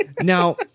Now